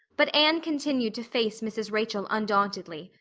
but anne continued to face mrs. rachel undauntedly,